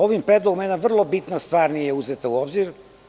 Ovim predlogom mera vrlo bitna stvar nije uzeta u obzir.